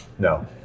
No